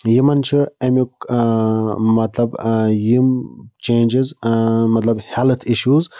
یِمَن چھُ اَمیُک مطلب یِم چینٛجٕز مطلب ہٮ۪لٕتھ اِشوٗز